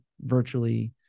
virtually